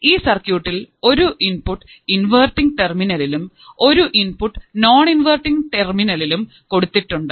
ഈ സർക്യൂട്ടിൽ ഒരു ഇൻപുട്ട് ഇൻവെർട്ടിങ് ടെർമിനലിലും ഒരു ഇൻപുട്ട് നോൺഇൻവെർട്ടിങ് ടെർമിനലിലും കൊടുത്തിട്ടുണ്ട്